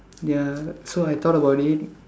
ya so I thought about it